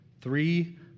three